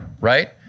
right